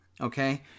Okay